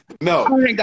No